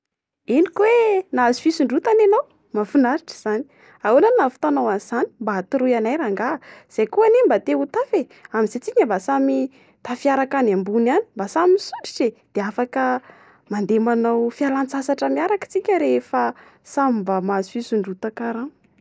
Henoko hoe nahazo fisondrotana enao. Mahafinaritra izany! Ahoana ny nahavitanao an'izany? Mba atoroy anay rangaha a! Zay koa anie mba te ho tafa e. Amin'izay tsika mba samy tafiaraka any ambony any, mba samy misondritra e! De afaka mandeha manao fialan-tsasatra miaraka tsika refa samy mba mahazo fisondrotan-karama.